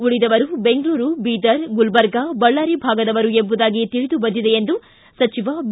ಉಳಿದವರು ಬೆಂಗಳೂರು ಬೀದರ್ ಗುಲ್ಲರ್ಗ ಬಳ್ಳಾರಿ ಭಾಗದವರು ಎಂಬುದಾಗಿ ತಿಳಿದು ಬಂದಿದೆ ಎಂದು ಸಚಿವ ಬಿ